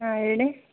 ಹಾಂ ಹೇಳಿ